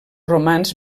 romans